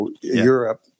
Europe